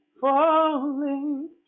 Falling